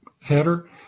header